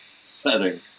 setting